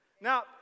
now